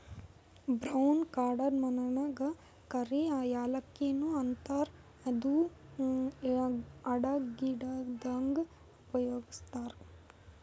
brown ಕಾರ್ಡಮಮಗಾ ಕರಿ ಯಾಲಕ್ಕಿ ನು ಅಂತಾರ್ ಇದು ಅಡಗಿದಾಗ್ ಉಪಯೋಗಸ್ತಾರ್